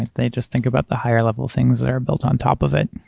they just think about the higher-level things that are built on top of it.